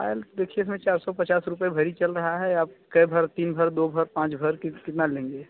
पायल देखिए इसमें चार सौ पचास रुपये वही चल रहा है आप कै भर तीन भर दो भर पाँच भर कि कितना लेंगे